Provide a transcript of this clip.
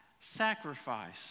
sacrifice